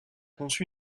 conçu